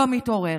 לא מתעוררת.